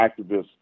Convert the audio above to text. activists